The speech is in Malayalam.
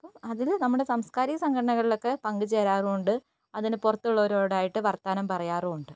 അതിൽ നമ്മുടെ സാംസ്കാരിക സംഘടനകളിലൊക്കെ പങ്കു ചേരാറുമുണ്ട് അതിനു പുറത്തുള്ളവരോടായിട്ട് വർത്തമാനം പറയാറൂമുണ്ട്